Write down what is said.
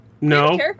No